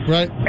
Right